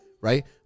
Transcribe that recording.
right